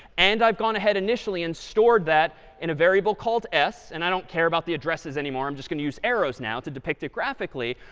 and i've gone ahead initially and stored that in a variable called s and i don't care about the addresses anymore. i'm just going to use arrows now to depict it graphically.